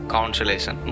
Consolation